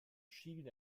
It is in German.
schielen